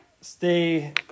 stay